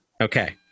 Okay